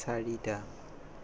চাৰিটা